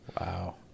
Wow